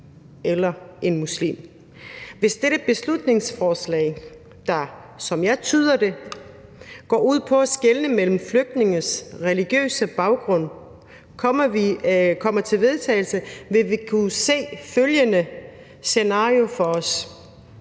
Hvis dette beslutningsforslag, der, som jeg tyder det, går ud på at skelne mellem flygtninges religiøse baggrund, kommer til vedtagelse, vil vi kunne se følgende scenario for os: